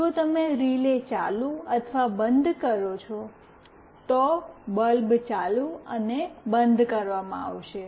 જો તમે રિલે ચાલુ અથવા બંધ કરો છો તો બલ્બ ચાલુ અને બંધ કરવામાં આવશે